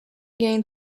gained